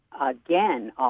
again